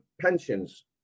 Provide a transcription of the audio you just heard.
pensions